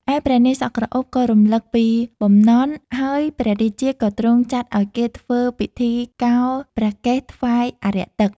ឯព្រះនាងសក់ក្រអូបក៏រំលឹកពីបំណន់ ហើយព្រះរាជាក៏ទ្រង់ចាត់ឱ្យគេធ្វើពិធីកោរព្រះកេសថ្វាយអារក្សទឹក។